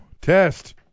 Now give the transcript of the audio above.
Test